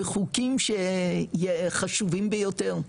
בחוקים שחשובים ביותר.